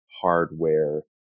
hardware